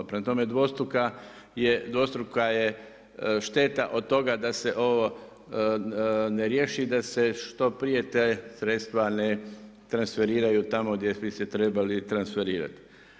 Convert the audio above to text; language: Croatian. Prema tome, dvostruka je šteta od toga da se ovo ne riješi i da se što prije ta sredstva ne transferiraju, tamo gdje bi se trebali transferirati.